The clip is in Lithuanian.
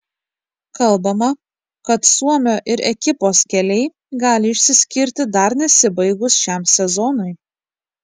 kalbama kad suomio ir ekipos keliai gali išsiskirti dar nesibaigus šiam sezonui